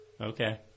Okay